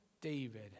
David